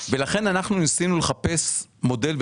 לכן, אנחנו ניסינו לחפש מודל.